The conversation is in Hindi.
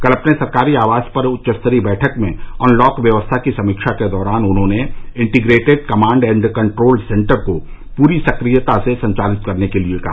कल अपने सरकारी आवास पर उच्च स्तरीय बैठक में अनलॉक व्यवस्था की समीक्षा के दौरान उन्होंने integrated command and control centre को पूरी सक्रियता से संचालित करने के लिए कहा